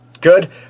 good